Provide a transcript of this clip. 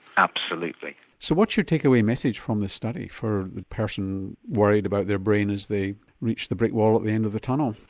absolutely. so what's your take away message from this study for a person worried about their brain as they reach the brick wall at the end of the tunnel?